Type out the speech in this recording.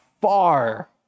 far